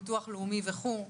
ביטוח לאומי וכולי?